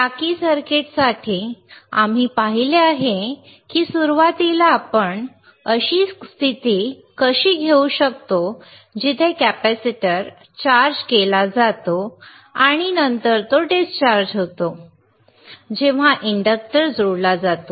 टाकी सर्किटसाठी आम्ही पाहिले आहे की सुरुवातीला आपण अशी स्थिती कशी घेऊ शकतो जिथे कॅपेसिटर चार्ज केला जातो आणि नंतर तो डिस्चार्ज होतो जेव्हा इंडक्टर जोडला जातो